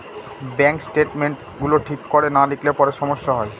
bank statements গুলো ঠিক করে না লিখলে পরে সমস্যা হয়